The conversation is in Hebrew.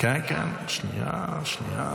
שלוש דקות.